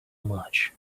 much